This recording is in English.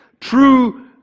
True